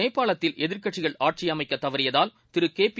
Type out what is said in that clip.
நேபாளத்தில் எதிர்க்கட்சிகள் ஆட்சிஅமைக்கதவறியதால் கேபி